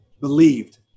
believed